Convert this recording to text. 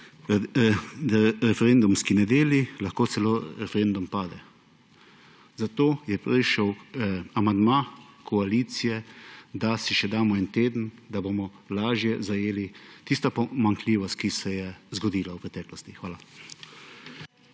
po referendumski nedelji, lahko celo referendum pade. Zato je torej šel amandma koalicije, da si še damo en teden, da bomo lažje zajeli tisto pomanjkljivost, ki se je zgodila v preteklosti. Hvala.